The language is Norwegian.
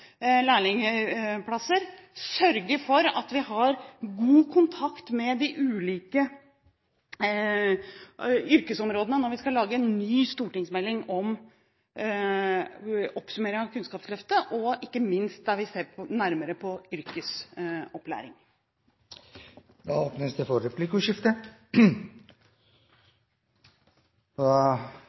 lærlingplasser, og vi sørger for at vi har god kontakt med de ulike yrkesområdene når vi skal lage en ny stortingsmelding med oppsummering av Kunnskapsløftet, ikke minst der vi ser nærmere på yrkesopplæring. Det blir replikkordskifte.